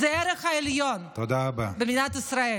זה ערך עליון במדינת ישראל,